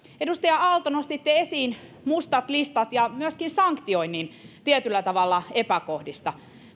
edustaja aalto nostitte esiin mustat listat ja myöskin epäkohdista sanktioinnin tietyllä tavalla